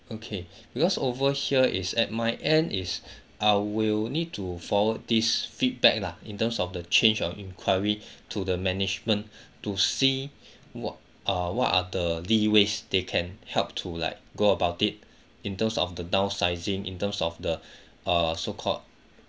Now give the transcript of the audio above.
okay because over here is at my end is I will need to forward this feedback lah in terms of the change of inquiry to the management to see what uh what are the leeways they can help to like go about it in terms of the downsizing in terms of the err so called